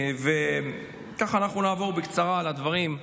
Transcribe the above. וככה נעבור בקצרה על הדברים,